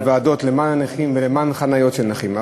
בוועדות למען הנכים ולמען חניות של נכים.